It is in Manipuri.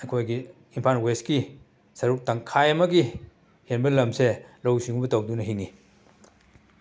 ꯑꯩꯈꯣꯏꯒꯤ ꯏꯝꯐꯥꯜ ꯋꯦꯁꯀꯤ ꯁꯔꯨꯛ ꯇꯪꯈꯥꯏ ꯑꯃꯒꯤ ꯍꯦꯟꯕ ꯂꯝꯁꯦ ꯂꯧꯎ ꯁꯤꯎꯕ ꯇꯧꯗꯨꯅ ꯍꯤꯡꯏ